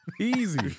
Easy